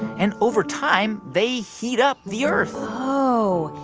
and over time, they heat up the earth oh,